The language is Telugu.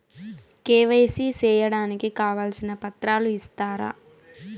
కె.వై.సి సేయడానికి కావాల్సిన పత్రాలు ఇస్తారా?